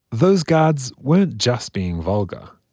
those guards weren't just being vulgar.